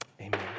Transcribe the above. amen